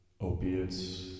opiates